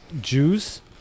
Jews